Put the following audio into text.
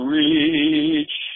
reach